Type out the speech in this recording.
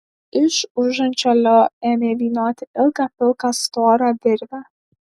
iš užančio leo ėmė vynioti ilgą pilką storą virvę